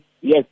yes